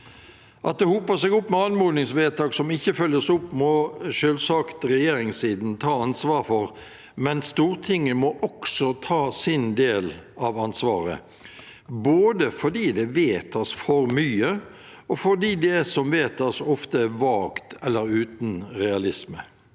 At det hoper seg opp med anmodningsvedtak som ikke følges opp, må selvsagt regjeringssiden ta ansvar for, men Stortinget må også ta sin del av ansvaret, både fordi det vedtas for mye, og fordi det som vedtas, ofte er vagt eller uten realisme.